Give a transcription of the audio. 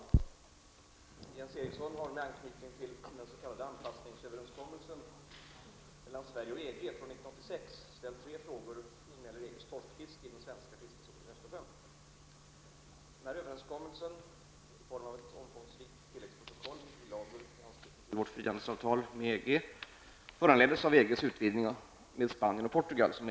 Fru talman! Jens Eriksson har med anknytning till den s.k. anpassningsöverenskommelsen mellan Sverige och EG från 1986 ställt tre frågor angående Östersjön. Denna överenskommelse i form av ett omfångsrikt tilläggsprotokoll med bilagor i anslutning till Sveriges frihandelsavtal med EG, föranleddes av att EG utvidgades till att omfatta även Spanien och Portugal.